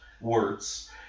Words